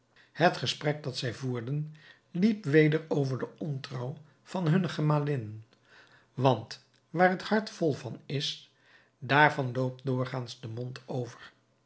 het gesprek dat zij voerden liep weder over de ontrouw van hunne gemalinnen want waar het hart vol van is daarvan loopt doorgaans de mond over